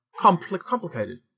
complicated